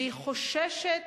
והיא חוששת